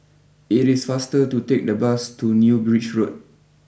it is faster to take the bus to new Bridge Road